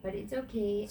but it's okay